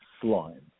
slime